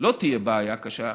שלא תהיה בעיה קשה,